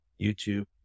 YouTube